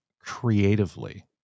creatively